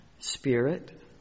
Spirit